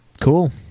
Cool